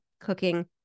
cooking